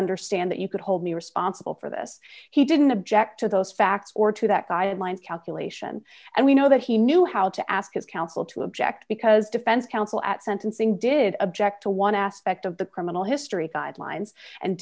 understand that you could hold me responsible for this he didn't object to those facts or to that guideline calculation and we know that he knew how to ask his counsel to object because defense counsel at sentencing did object to one aspect of the criminal history guidelines and